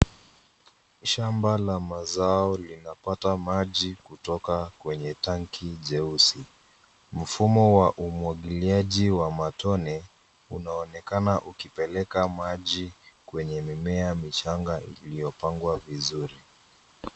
Shamba la mazao linapata maji kutoka kwenye tangi jeusi. Mfumo wa umwagiliaji wa matone unaonekana ukipeleka maji kwenye mimea michanga iliyopangwa vizuri.